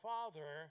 Father